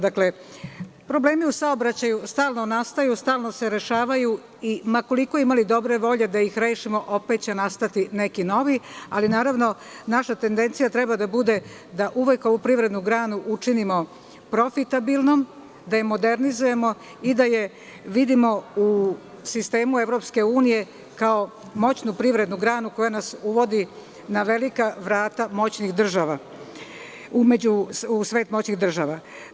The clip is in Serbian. Dakle, problemi u saobraćaju stalno nastaju,s talno se rešavaju i ma koliko imali dobre volje da ih rešimo, opet će nastati neki novi, ali naravno, naša tendencija treba da bude da uvek ovu privrednu granu učinimo profitabilnom, da je modernizujemo i da je vidimo u sistemu EU kao moćnu privrednu granu koja nas uvodi na velika vrata u svet moćnih država.